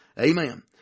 Amen